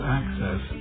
access